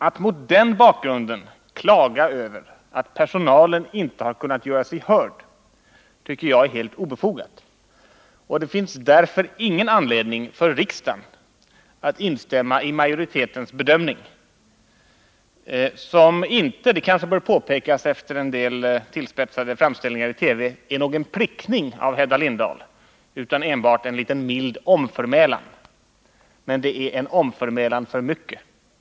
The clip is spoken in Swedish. Att mot den bakgrunden klaga över att personalen inte har kunnat göra sig hörd tycker jag är helt obefogat, och det finns därför ingen anledning för riksdagen att instämma i majoritetens bedömning som inte — det kanske bör påpekas efter en del tillspetsade framställningar i TV — är någon ”prickning” av Hedda Lindahl utan enbart en liten mild omförmälan. Men det är en omförmälan för mycket.